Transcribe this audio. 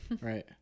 right